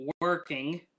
working